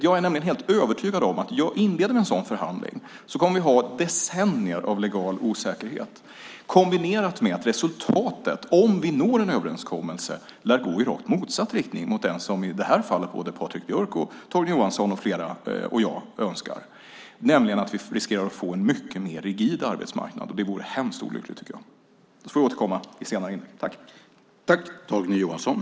Jag är nämligen helt övertygad om att inleder vi en sådan förhandling kommer vi att ha decennier av legal osäkerhet kombinerat med att resultatet, om vi når en överenskommelse, lär gå i rakt motsatt riktning mot den som i det här fallet Patrik Björck, Torgny Johansson, jag och flera andra önskar, nämligen att vi riskerar att få en mycket mer rigid arbetsmarknad. Det vore hemskt olyckligt, tycker jag.